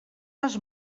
les